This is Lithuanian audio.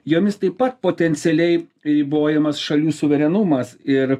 jomis taip pat potencialiai ribojamas šalių suverenumas ir